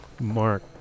mark